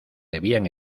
debían